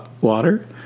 water